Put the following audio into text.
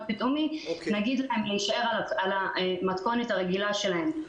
פתאומי להישאר על המתכונת הרגילה שלהם.